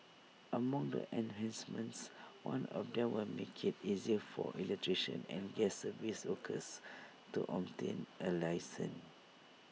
among the enhancements one of them would make IT easier for electricians and gas service workers to obtain A licence